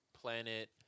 planet